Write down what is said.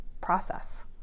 process